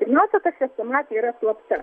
pirmiausia ta chrestomatija yra slapta